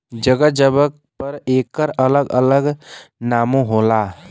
जगह जगह एकर अलग अलग नामो होला